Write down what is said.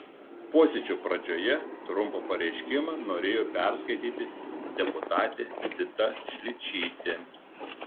posėdžio pradžioje trumpą pareiškimą norėjo perskaityti deputatė zita šličytė